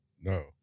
No